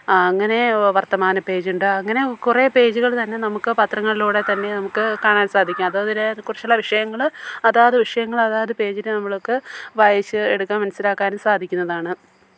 ആ അങ്ങനെ വര്ത്തമാന പേജുണ്ട് അങ്ങനെ കുറേ പേജുകൾ തന്നെ നമുക്ക് പത്രങ്ങളിലൂടെ തന്നെ നമുക്ക് കാണാന് സാധിക്കും അത് അവരെ കുറച്ചുള്ള വിഷയങ്ങൾ അതാത് വിഷയങ്ങൾ അതാത് പേജിൽ നമ്മൾക്ക് വായിച്ച് എടുക്കാം മനസ്സിലാക്കാനും സാധിക്കുന്നതാണ്